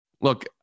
Look